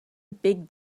big